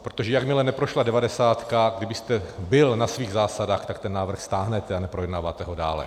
Protože jakmile neprošla devadesátka, kdybyste byl na svých zásadách, tak ten návrh stáhnete a neprojednáváte ho dále.